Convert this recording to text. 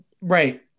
Right